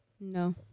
No